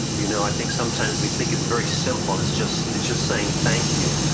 you know i think, sometimes, we think it's very simple. it's just it's just saying thank you,